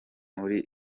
muri